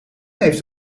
heeft